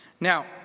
Now